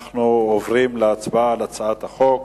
אנחנו עוברים להצבעה על הצעת חוק